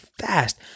fast